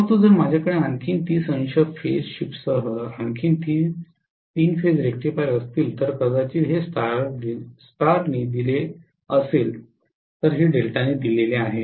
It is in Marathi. परंतु जर माझ्याकडे आणखी 300 फेज शिफ्टसह आणखी तीन फेज रेक्टिफायर असतील तर कदाचित हे स्टारने दिले असेल तर हे डेल्टाने दिले आहे